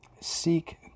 Seek